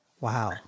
Wow